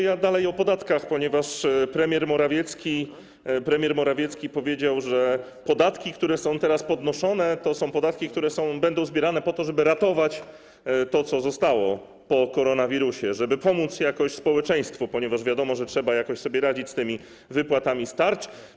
Ja dalej o podatkach, ponieważ premier Morawiecki powiedział, że podatki, które są teraz podnoszone, to są podatki, które będą zbierane po to, żeby ratować to, co zostało po koronawirusie, żeby pomóc jakoś społeczeństwu, ponieważ wiadomo, że trzeba jakoś sobie radzić z tymi wypłatami z tarcz.